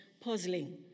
puzzling